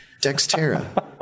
Dextera